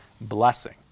blessing